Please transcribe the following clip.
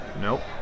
Nope